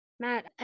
Matt